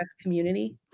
community